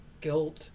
guilt